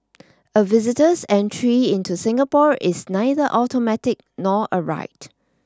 a visitor's entry into Singapore is neither automatic nor a right